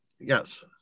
Yes